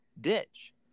ditch